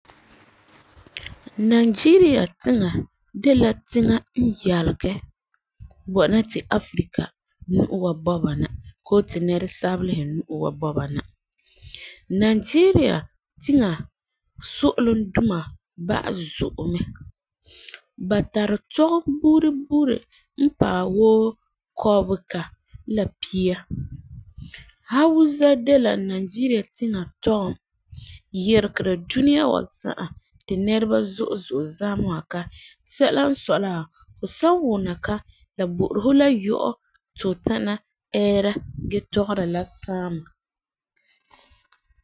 Nigeria tiŋa de la tiŋa n yalegɛ bɔna ti Africa nuo wa bɔba na koo ti nɛresabelesi nuo wa bɔba na. Nigeria tiŋa so'olum duma ba'am zo'e mɛ, ba tari tɔgum buuri buuri n paɛ woo kɔbega la pia. Hausa de la Nigeria tiŋa tɔgum yiregera dunia wa za'a ti nɛreba zo'e zo'e zamesa ka sɛla n sɔi la, fu san wuna ka la bo'ori fu la yɔ'ɔ ti fu tana ɛɛra gee tɔgera la saama.